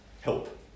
help